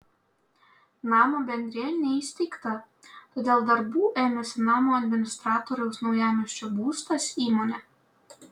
namo bendrija neįsteigta todėl darbų ėmėsi namo administratoriaus naujamiesčio būstas įmonė